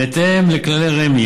בהתאם לכללי רמ"י,